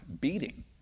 beating